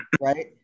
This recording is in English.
right